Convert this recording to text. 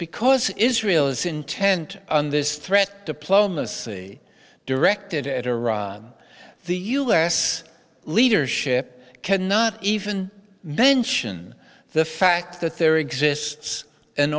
because israel is intent on this threat diplomacy directed at iran the us leadership cannot even mention the fact that there exists an